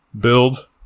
build